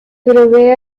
provee